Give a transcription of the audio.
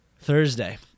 Thursday